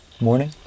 morning